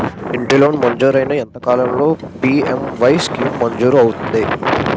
ఇంటి లోన్ మంజూరైన ఎంత కాలంలో పి.ఎం.ఎ.వై స్కీమ్ మంజూరు అవుతుంది?